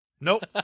nope